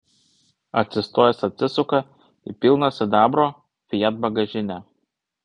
atsistojęs atsisuka į pilną sidabro fiat bagažinę